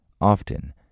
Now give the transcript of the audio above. Often